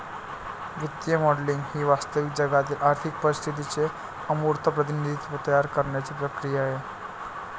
वित्तीय मॉडेलिंग ही वास्तविक जगातील आर्थिक परिस्थितीचे अमूर्त प्रतिनिधित्व तयार करण्याची क्रिया आहे